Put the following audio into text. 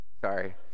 sorry